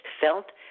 felt